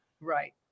Right